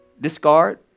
discard